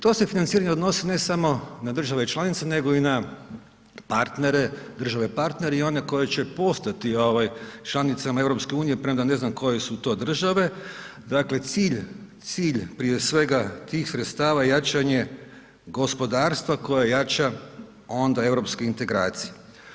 To se financiranje odnosi ne samo na države članice, nego i na partnere, države partnere i one koji će postati članicama EU, premda ne znam koje su to države, dakle cilj, cilj prije svega, tih sredstava je jačanje gospodarstva koje jača onda europske integracije.